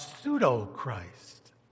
pseudo-Christ